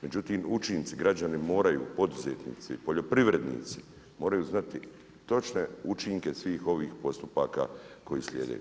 Međutim, učinci, građani moraju, poduzetnici, poljoprivrednici moraju znati točne učinke svih ovih postupaka koji slijede.